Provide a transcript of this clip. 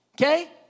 okay